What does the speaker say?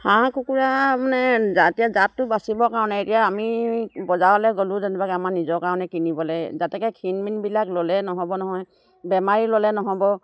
হাঁহ কুকুৰা মানে জাত এতিয়া জাতটো বাচিবৰ কাৰণে এতিয়া আমি বজাৰলৈ গ'লোঁ যেনিবাকৈ আমাৰ নিজৰ কাৰণে কিনিবলৈ যাতেকৈ ক্ষীণ মিনবিলাক ল'লে নহ'ব নহয় বেমাৰী ল'লে নহ'ব